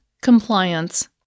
Compliance